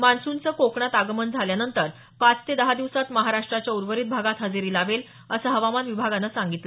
मान्सूनचं कोकणात आगमन झाल्यानंतर पाच ते दहा दिवसात महाराष्ट्राच्या उर्वरित भागात हजेरी लावेल असं हवामान विभागानं सांगितलं